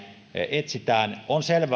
etsitään on selvää